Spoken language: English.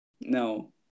No